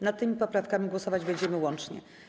Nad tymi poprawkami głosować będziemy łącznie.